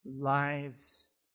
lives